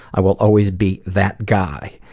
i will always be that guy.